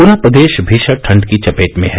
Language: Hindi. पूरा प्रदेश भी ाण ठंड की चपेट में है